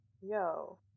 yo